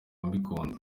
mbikunda